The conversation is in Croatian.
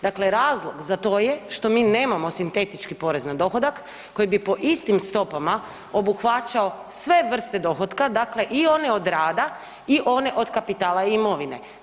Dakle, razlog za to je što mi nemamo sintetički porez na dohodak koji bi po istim stopama obuhvaćao sve vrste dohotka, dakle i one od rada i one od kapitala i imovine.